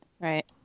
right